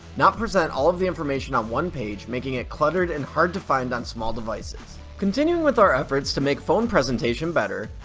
not present all of the information on one page making it cluttered and hard to find on small devices. continuing with our efforts to make phone presentation better,